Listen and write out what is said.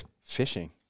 Fishing